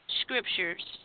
scriptures